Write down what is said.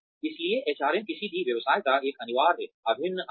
इसलिए एचआरएम किसी भी व्यवसाय का एक अनिवार्य अभिन्न अंग है